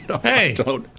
hey